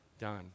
done